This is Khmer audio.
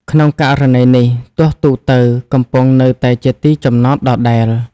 ក្នុងករណីនេះ ទោះទូកទៅ កំពង់នៅតែជាទីចំណតដដែល។